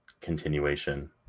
continuation